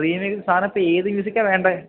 സാറിനിപ്പോള് ഏത് മ്യുസിക്കാണ് വേണ്ടത്